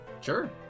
Sure